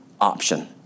option